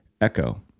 echo